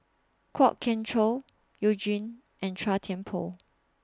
Kwok Kian Chow YOU Jin and Chua Thian Poh